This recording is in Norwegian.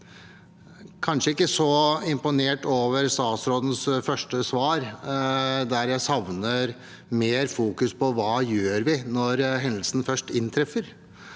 kanskje ikke så imponert over statsrådens første svar. Jeg savner at man fokuserer mer på hva vi gjør når hendelsen først inntreffer.